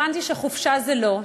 הבנתי שחופשה זה לא,